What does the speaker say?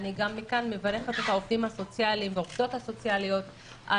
אני גם מכאן מברכת את העובדות והעובדים הסוציאליים על